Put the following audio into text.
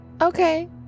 Okay